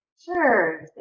Sure